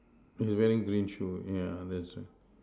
he's wearing green shoe yeah that's right